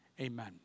Amen